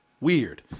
weird